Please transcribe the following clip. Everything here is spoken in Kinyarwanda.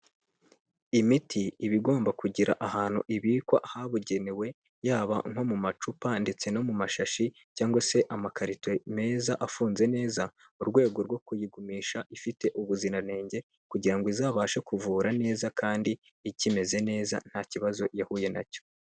Imiti iba igomba kugira ahantu ibikwa habugenewe, yaba nko mu macupa ndetse no mu mashashi cyangwa se amakarito meza afunze neza, mu rwego rwo kuyigumisha ifite ubuziranenge kugira ngo izabashe kuvura neza kandi ikimeze neza nta kibazo yahuye na cyo.